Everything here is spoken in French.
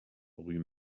rue